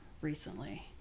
recently